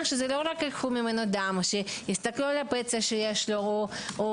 שלא רק ייקחו מנו דם שיסתכלו על הפצע שיש לו או